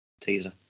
Teaser